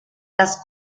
las